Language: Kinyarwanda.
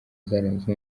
zaranze